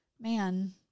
Man